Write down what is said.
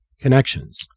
connections